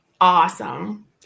awesome